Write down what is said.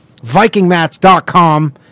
VikingMats.com